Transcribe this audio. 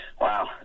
wow